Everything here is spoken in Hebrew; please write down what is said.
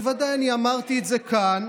בוודאי, אני אמרתי את זה כאן.